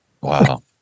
Wow